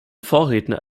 vorredner